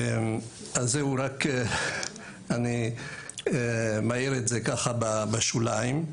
אני מעיר את זה בשוליים.